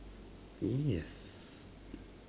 yes